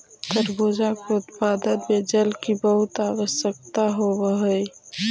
तरबूजा के उत्पादन में जल की बहुत आवश्यकता होवअ हई